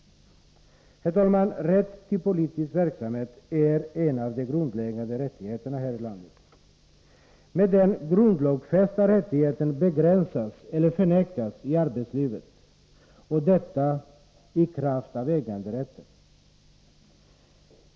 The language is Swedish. Herr talman! Rätten till politisk verksamhet är en av de grundläggande rättigheterna här i landet. Men den grundlagsfästa rättigheten begränsas eller förvägras människor i arbetslivet — i kraft av äganderätten.